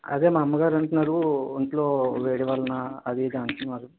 అదే మా అమ్మగారు అంటున్నారు ఒంట్లో వేడి వలన అది ఇది అంటున్నారు